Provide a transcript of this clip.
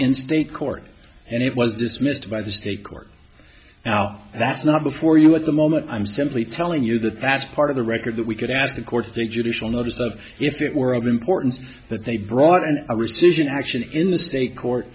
in state court and it was dismissed by the state court now that's not before you at the moment i'm simply telling you that that's part of the record that we could ask the court to take judicial notice of if it were of importance that they brought in a rescission action in the state court